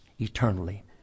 eternally